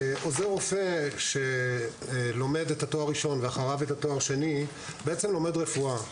עוזר רופא שלומד תואר ראשון ואחריו תואר שני בעצם לומד רפואה.